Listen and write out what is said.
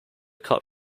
cut